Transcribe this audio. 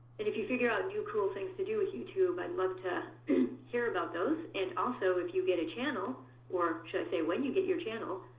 and if you figure out new cool things to do with youtube, i'd love to hear about those. and also if you get a channel or, should i say, when you get your channel,